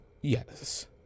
Yes